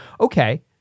okay